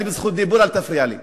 אני ברשות דיבור, אל תפריע לי.